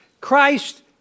Christ